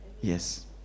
yes